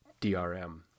DRM